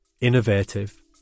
Innovative